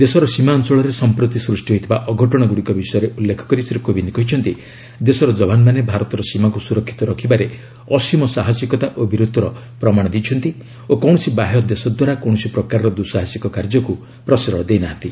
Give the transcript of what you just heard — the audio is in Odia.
ଦେଶର ସୀମା ଅଞ୍ଚଳରେ ସମ୍ପ୍ରତି ସୃଷ୍ଟି ହୋଇଥିବା ଅଘଟଣଗୁଡ଼ିକ ବିଷୟରେ ଉଲ୍ଲେଖ କରି ଶ୍ରୀ କୋବିନ୍ଦ କହିଛନ୍ତି ଦେଶର ଯବାନମାନେ ଭାରତର ସୀମାକୁ ସୁରକ୍ଷିତ ରଖିବାରେ ଅସୀମ ସାହସିକତା ଓ ବୀରତ୍ୱର ପ୍ରମାଣ ଦେଇଛନ୍ତି ଓ କୌଣସି ବାହ୍ୟ ଦେଶ ଦ୍ୱାରା କୌଣସି ପ୍ରକାରର ଦୁସାହସିକ କାର୍ଯ୍ୟକୁ ପ୍ରଶ୍ରୟ ଦେଇନାହାନ୍ତି